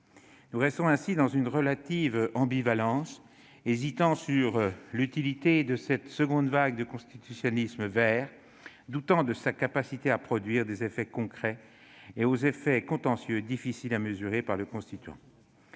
Nous restons dans une relative ambivalence, hésitant sur l'utilité de cette seconde vague de constitutionnalisme vert, doutant de sa capacité à produire des effets concrets, redoutant des effets contentieux difficiles à mesurer par le Constituant.